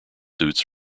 suits